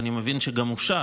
ואני מבין שגם אושר